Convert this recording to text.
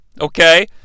okay